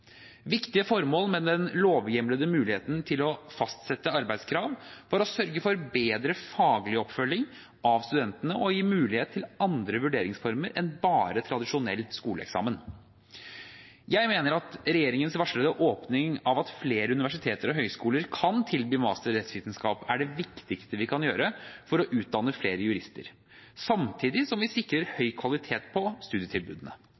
Viktige formål med den lovhjemlede muligheten til å fastsette arbeidskrav var å sørge for bedre faglig oppfølging av studentene og gi mulighet for andre vurderingsformer enn bare tradisjonell skoleeksamen. Jeg mener at regjeringens varslede åpning for at flere universiteter og høyskoler kan tilby master i rettsvitenskap er det viktigste vi kan gjøre for å utdanne flere jurister, samtidig som vi sikrer høy kvalitet på studietilbudene.